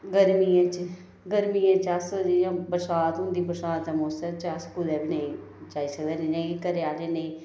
गर्मियें च गर्मियें च अस जियां बरसांत होंदी बरसांत दे मौसम अस कुदै बी नी जाई सकदे जियां एह् घरै आह्ले नेईं